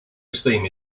esteem